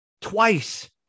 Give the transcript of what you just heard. twice